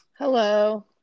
Hello